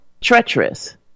Treacherous